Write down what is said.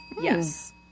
Yes